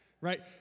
Right